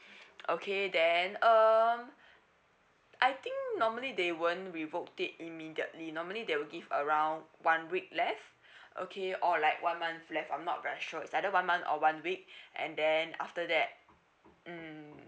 okay then um I think normally they won't revoke it immediately normally they will give around one week left okay or like one month left I'm not that sure is either one month or one week and then after that mm